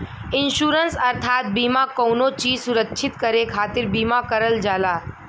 insurance अर्थात बीमा कउनो चीज सुरक्षित करे खातिर बीमा करल जाला